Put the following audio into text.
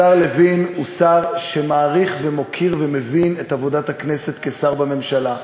השר לוין הוא שר שמעריך ומוקיר ומבין את עבודת הכנסת כשר בממשלה,